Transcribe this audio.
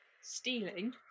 stealing